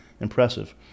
impressive